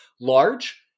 large